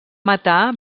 matar